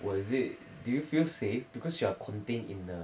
was it do you feel safe because you are contained in the